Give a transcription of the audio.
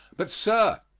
but, sir,